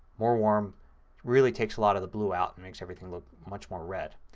more warm really takes a lot of the blue out and makes everything look much more red.